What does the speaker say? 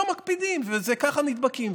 לא מקפידים, וככה נדבקים.